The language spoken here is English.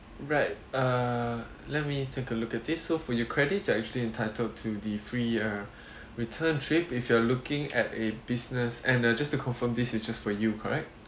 right uh let me take a look at this so for your credits it's actually entitled to the free uh return trip if you are looking at a business and uh just to confirm this is just for you correct